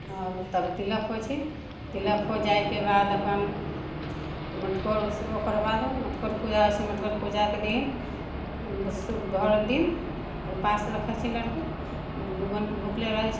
आब तब तिलक होइ छै तिलक हो जाइके बाद अपन मटकोर ओकर बाद मटकोर पूजा होइ छै मटकोर पूजाके दिन भर दिन उपास रखै छै लड़की भुखले रहै छै